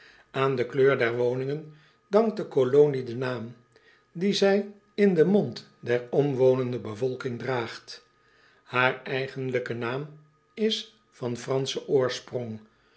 aan de kleur der woningen dankt de colonie den naam dien zij in den mond der omwonende bevolking draagt haar eigenlijke naam is van franschen oorsprong